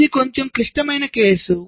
ఇది కొంచెం క్లిష్టమైన కేసు